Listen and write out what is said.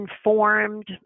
informed